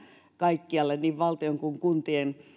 kaikkialle niin valtion kuin